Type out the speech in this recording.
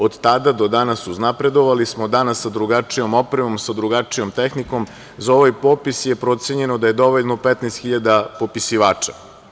Od tada do danas uznapredovali smo, danas sa drugačijom opremom, sa drugačijom tehnikom, za ovaj popis je procenjeno da je dovoljno 15 hiljada popisivača.